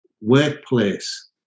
workplace